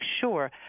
sure